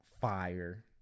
Fire